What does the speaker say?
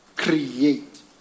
create